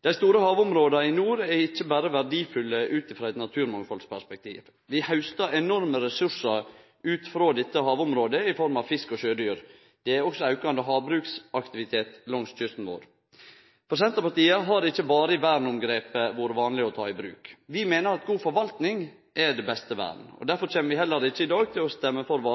Dei store havområda i nord er ikkje berre verdifulle ut frå eit naturmangfaldsperspektiv. Vi haustar enorme ressursar ut av dette havområdet i form av fisk og sjødyr. Det er også aukande havbruksaktivitet langs kysten vår. For Senterpartiet har ikkje varig-vern-omgrepet vore vanleg å ta i bruk. Vi meiner at god forvaltning er det beste vern. Difor kjem vi heller ikkje til å stemme for